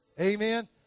amen